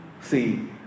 See